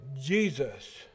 Jesus